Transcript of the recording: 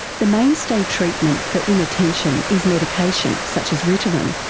the mainstay treatment for inattention is medication such as ritalin.